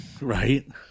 right